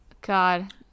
God